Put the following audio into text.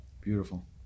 Beautiful